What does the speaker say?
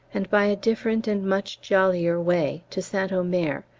and by a different and much jollier way, to st omer,